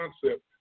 concept